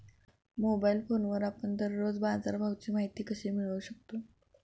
Mobile फोनवर आपण दररोज बाजारभावाची माहिती कशी मिळवू शकतो?